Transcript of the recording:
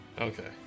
okay